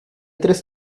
tres